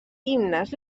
himnes